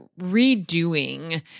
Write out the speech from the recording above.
redoing